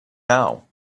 now